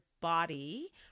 body